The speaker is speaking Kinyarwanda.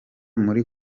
muri